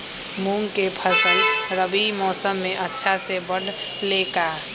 मूंग के फसल रबी मौसम में अच्छा से बढ़ ले का?